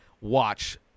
watch